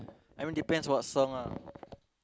I mean depends what song lah